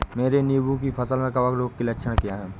मेरी नींबू की फसल में कवक रोग के लक्षण क्या है?